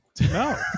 no